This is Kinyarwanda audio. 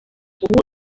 ubu